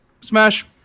Smash